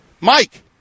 Mike